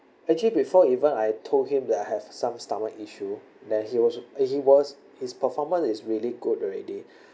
actually before even I told him that I have some stomach issue that he was uh he was his performance is really good already